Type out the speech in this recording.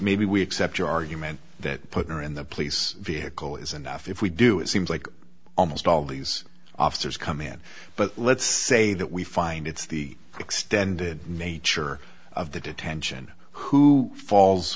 maybe we accept your argument that put her in the police vehicle is enough if we do it seems like almost all these officers come in but let's say that we find it's the extended nature of the detention who falls